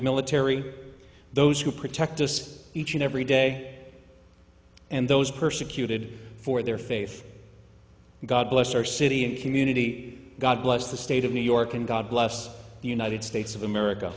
military those who protect this each and every day and those persecuted for their faith god bless our city and community god bless the state of new york and god bless the united states of america